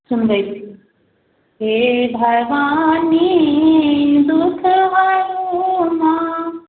सुनबै छी हे भवानी दुख हरू माँ